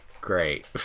Great